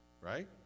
Right